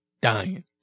dying